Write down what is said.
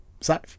safe